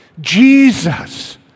Jesus